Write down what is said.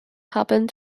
happened